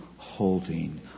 holding